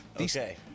Okay